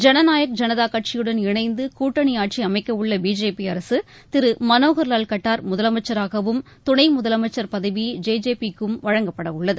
ஜனநாயக் ஜனதா கட்சியுடன் இணைந்து கூட்டணி ஆட்சி அமைக்கவுள்ள பிஜேபி அரசு திரு மனோகர்லால் கட்டார் முதலமைச்சராகவும் துணை முதலமைச்சர் பதவி ஜே ஜே ஜே பி க்கு வழங்கப்படவுள்ளது